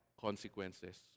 consequences